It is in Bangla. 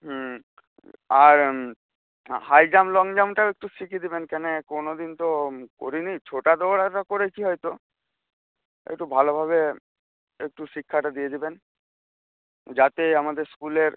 আর হাইজাম্প লংজাম্পটা ও একটু শিখিয়ে দেবেন কেনে কোনদিন তো করিনি ছোটা দৌড়াটা করেছি হয়তো একটু ভালোভাবে একটু শিক্ষাটা দিয়ে দেবেন যাতে আমাদের স্কুলের